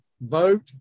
Vote